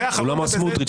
הוא לא אמר סמוטריץ',